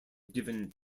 given